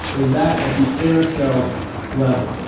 there's that at the inner self level.